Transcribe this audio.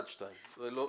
סעיף (2) ירד.